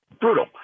Brutal